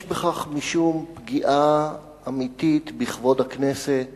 יש בכך משום פגיעה אמיתית בכבוד הכנסת